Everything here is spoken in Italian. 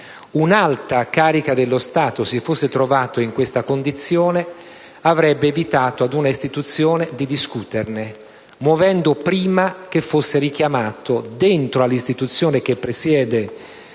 un'alta carica dello Stato si fosse trovata in questa condizione, avrebbe evitato ad una istituzione di discuterne, muovendosi prima che fosse richiamato dentro all'istituzione che presiede